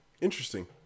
interesting